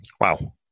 Wow